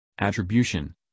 Attribution